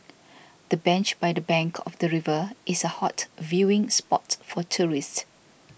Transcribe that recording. the bench by the bank of the river is a hot viewing spot for tourists